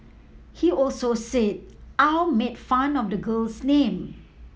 he also said Au made fun of the girl's name